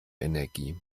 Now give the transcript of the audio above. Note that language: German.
energie